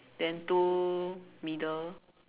then two middle